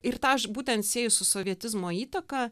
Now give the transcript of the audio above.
ir tą aš būten sieju su sovietizmo įtaka